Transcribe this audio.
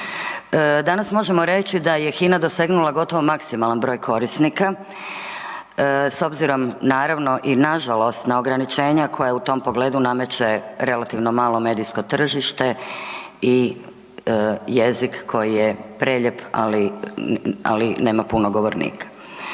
Danas možemo reći da je HINA dosegnula gotovo maksimalan broj korisnika s obzirom naravno i nažalost na ograničenja koja u tom pogledu nameće relativno malo medijsko tržište i jezik koji je prelijep, ali nema puno govornika.